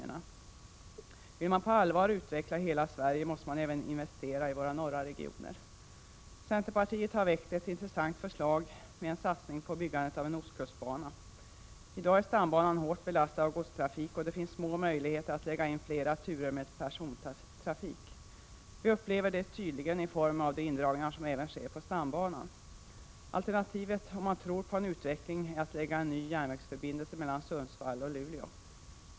49 Vill man på allvar utveckla hela Sverige, måste man även investera i våra norra regioner. Centerpartiet har väckt ett intressant förslag om en satsning på byggandet av en ostkustbana. I dag är stambanan hårt belastad av godstrafik, och det finns små möjligheter att lägga in flera turer med persontrafik. Vi upplever det tydligt i form av de indragningar som även sker på stambanan. Alternativet, om man tror på en utveckling, är att upprätta en ny järnvägsförbindelse mellan Sundsvall och Luleå.